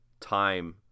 time